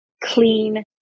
clean